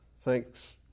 thanks